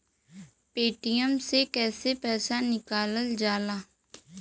Paytm से कैसे पैसा निकलल जाला?